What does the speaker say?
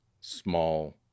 small